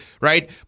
right